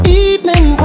evening